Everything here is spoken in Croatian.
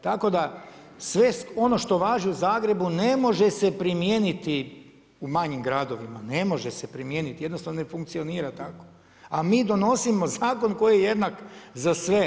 Tako da sve ono što važi u Zagrebu ne može se primijeniti u manjim gradovima, ne može se primijeniti jednostavno ne funkcionira tako, a mi donosimo zakon koji je jednak za sve.